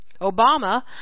Obama